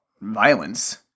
violence